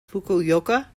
fukuoka